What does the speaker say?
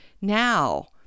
now